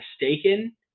mistaken